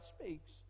speaks